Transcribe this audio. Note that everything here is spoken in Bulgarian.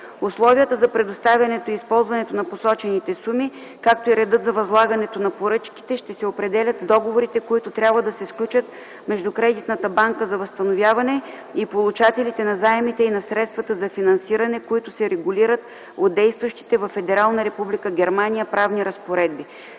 Условията за предоставянето и използването на посочените суми, както и редът за възлагането на поръчките ще се определят с договорите, които трябва да се сключат между Кредитната банка за възстановяване и получателите на заемите и на средствата за финансиране, които се регулират от действащите във Федерална република Германия правни разпоредби.